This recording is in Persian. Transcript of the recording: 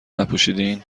نپوشیدین